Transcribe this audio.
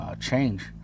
change